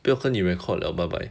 不要跟你 record liao bye bye